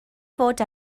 fod